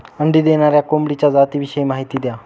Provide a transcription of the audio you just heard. अंडी देणाऱ्या कोंबडीच्या जातिविषयी माहिती द्या